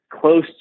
close